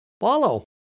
follow